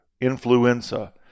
influenza